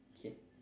okay